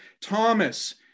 Thomas